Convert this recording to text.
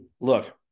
look